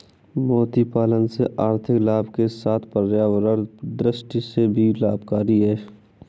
मोती पालन से आर्थिक लाभ के साथ पर्यावरण दृष्टि से भी लाभकरी है